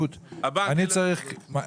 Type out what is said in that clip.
אז בעצם זה מה שהחוק הזה צריך לעשות.